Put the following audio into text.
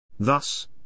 Thus